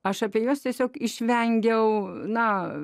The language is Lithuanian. aš apie juos tiesiog išvengiau na